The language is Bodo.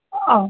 अ